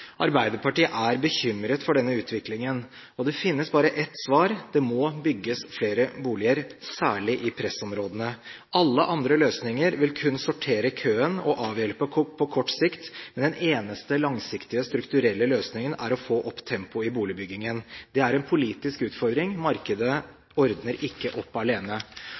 Arbeiderpartiet er bekymret for denne utviklingen, og det finnes bare ett svar: Det må bygges flere boliger, særlig i pressområdene. Alle andre løsninger vil kun sortere køen og avhjelpe på kort sikt, men den eneste langsiktige, strukturelle løsningen er å få opp tempoet i boligbyggingen. Det er en politisk utfordring. Markedet ordner ikke opp alene.